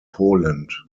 poland